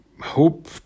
hope